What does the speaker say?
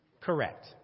Correct